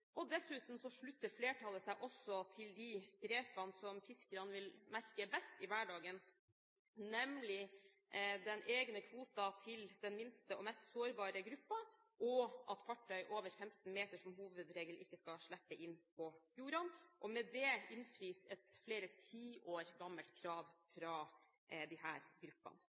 Dessuten slutter flertallet seg også til de grepene som fiskerne vil merke best i hverdagen, nemlig den egne kvoten til den minste og mest sårbare gruppen, og at fartøy over 15 meter som hovedregel ikke skal slippe inn i fjordene. Med det innfris et flere tiår gammelt krav fra disse gruppene.